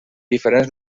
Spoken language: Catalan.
diferents